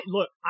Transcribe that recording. Look